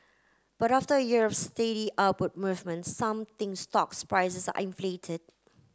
but after a year of steady upward movement some think stocks prices are inflated